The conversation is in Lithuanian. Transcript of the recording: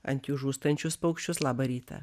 ant jų žūstančius paukščius labą rytą